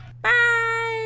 Bye